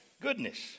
Goodness